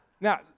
Now